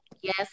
yes